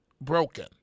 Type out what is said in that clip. broken